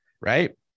right